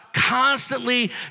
Constantly